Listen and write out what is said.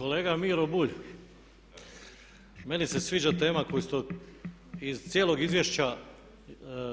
Kolega Miro Bulj, meni se sviđa tema koju ste, iz cijelog izvješća